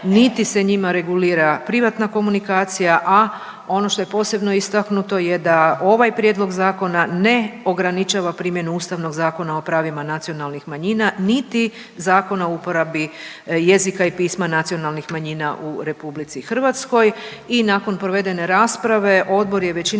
niti se njima regulira privatna komunikacija, a ono što je posebno istaknuto je da ovaj Prijedlog zakona ne ograničava primjenu Ustavnog zakona o pravima nacionalnih manjina niti Zakona o uporabi jezika i pisma nacionalnih manjina u RH i nakon provedene rasprave, odbor je većinom